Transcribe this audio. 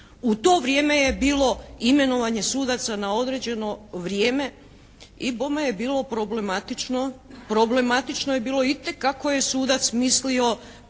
U to vrijeme je bilo imenovanje sudaca na određeno vrijeme i bome je bilo problematično, problematično je bilo itekako je sudac mislio